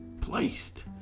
placed